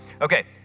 Okay